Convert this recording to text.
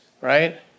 right